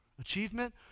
achievement